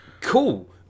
Cool